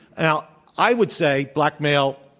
now, i would say blackmail,